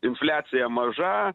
infliacija maža